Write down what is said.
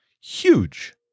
Huge